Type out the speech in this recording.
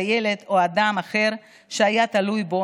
לילד או לאדם אחר שהיה תלוי בו,